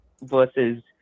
versus